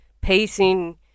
pacing